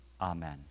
Amen